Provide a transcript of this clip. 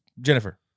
Jennifer